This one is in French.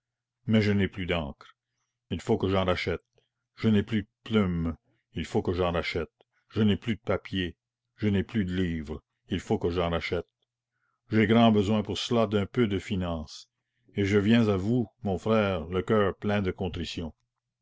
mais je n'ai plus d'encre il faut que j'en rachète je n'ai plus de plumes il faut que j'en rachète je n'ai plus de papier je n'ai plus de livres il faut que j'en rachète j'ai grand besoin pour cela d'un peu de finance et je viens à vous mon frère le coeur plein de contrition